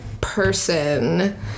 person